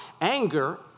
anger